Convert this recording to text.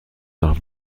nach